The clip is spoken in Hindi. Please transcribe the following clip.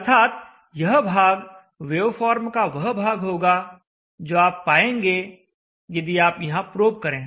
अर्थात यह भाग वेवफॉर्म का वह भाग होगा जो आप पाएंगे यदि आप यहां प्रोब करें